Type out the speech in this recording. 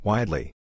Widely